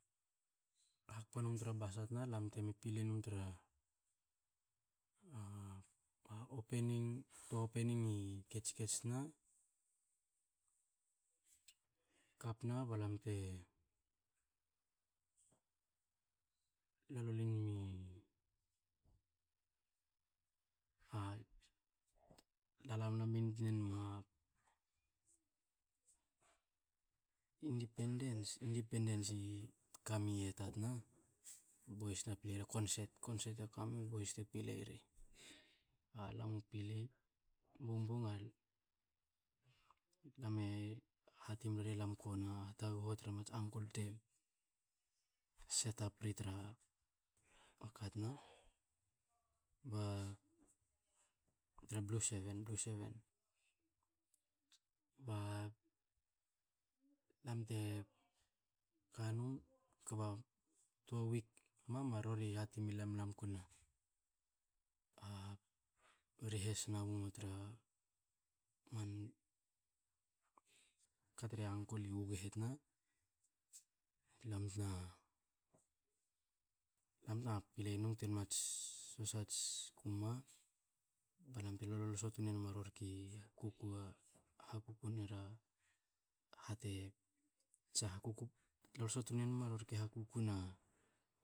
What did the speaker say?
Hakpa num tra basa tina balam tme pilei num tra opening tua opening e ketskets tna, kapna balam te la lol nmi la- lamlam intoa independence i kami ieta tina, bu boys tna pilei concert, concert kamu bois te pilei ri. Alam u pilei bongbong lam e i hati mri lam lam kona taghu tra mats uncle te setup ri tra katna, ba tra blue seven. Ba lam te kanum, kba toa wik mam rori hati milam lam ko na rehes nabum tra man ka tre uncle i gogohe tna, lam tna- lam tna pilei num te mats soshe a tsi kuma ba lam tna lolse tna ma rori ke kuku, hakuku ner a ha te tsa hakuku, lolse tun nom a rori ka hakuku na